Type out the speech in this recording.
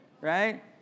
right